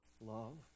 Love